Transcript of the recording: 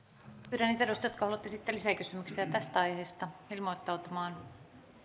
pyydän niitä edustajia jotka haluavat esittää lisäkysymyksiä tästä aiheesta ilmoittautumaan